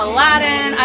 Aladdin